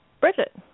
Bridget